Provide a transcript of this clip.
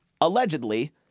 Allegedly